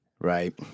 right